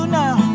now